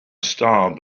style